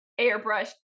airbrushed